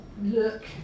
look